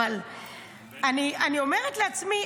אני אומרת לעצמי,